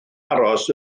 aros